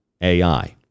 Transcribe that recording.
AI